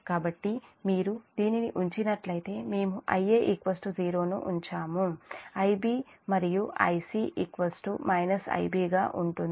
కాబట్టి మీరు దీనిని ఉంచినట్లయితే మేము Ia 0 ను ఉంచాము Iband Ic Ib గా ఉంటుంది